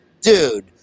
Dude